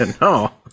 No